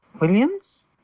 williams